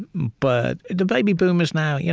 but the baby boomers now, yeah